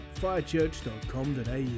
firechurch.com.au